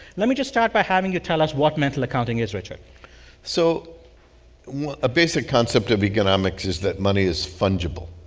let me just start by having you tell us what mental accounting is richard so a ah basic concept of economics is that money is fungible,